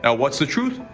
and what's the truth?